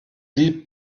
lied